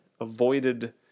avoided